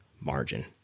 margin